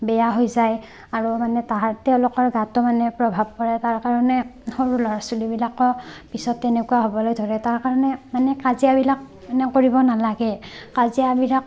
বেয়া হৈ যায় আৰু মানে তেওঁলোকৰ গাতো মানে প্ৰভাৱ পৰে তাৰকাৰণে মানে সৰু ল'ৰা ছোৱালীবিলাকক পিছত তেনেকুৱা হ'বলৈ ধৰে তাৰ কাৰণে মানে কাজিয়াবিলাক এনে কৰিব নালাগে কাজিয়াবিলাক